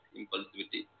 impulsivity